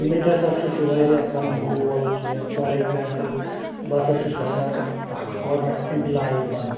مےٚ تہِ سا سَہ چھُ وارِیاہ پنٕنۍ گول کیٚنٛہہ فار اٮ۪گزامپٕل بہٕ سا چھُس یٚژھان اکھ گورمنٹ اِمپٕلاے بنُن